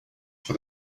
for